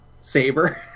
Saber